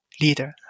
leader